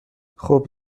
خوب